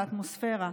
לאטמוספרה.